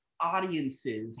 audiences